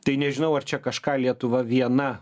tai nežinau ar čia kažką lietuva viena